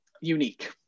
unique